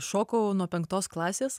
šokau nuo penktos klasės